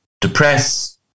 depress